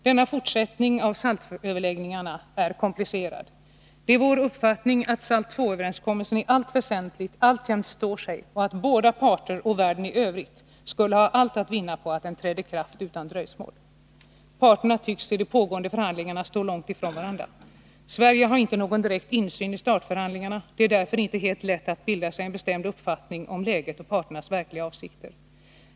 Denna fortsättning av SALT-överläggningarna är komplicerad. Det är vår uppfattning att SALT 2-överenskommelsen i allt väsentligt alltjämt står sig och att båda parter och världen i övrigt skulle ha allt att vinna på att den trädde i kraft utan dröjsmål. Parterna tycks i de pågående förhandlingarna stå långt från varandra. Sverige har inte någon direkt insyn i START förhandlingarna. Det är därför inte helt lätt att bilda sig en bestämd uppfattning om läget och parternas verkliga avsikter.